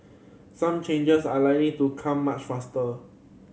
some changes are likely to come much faster